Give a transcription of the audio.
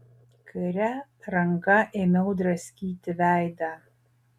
kaire ranka ėmiau draskyti veidą